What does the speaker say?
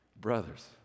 brothers